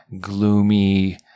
gloomy